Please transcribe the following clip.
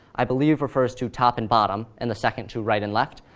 i believe, refers to top and bottom, and the second to right and left.